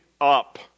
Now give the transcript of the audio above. up